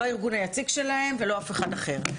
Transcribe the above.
לא הארגון היציג שלהם, ולא אף אחד אחר.